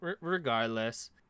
regardless